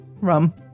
Rum